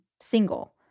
single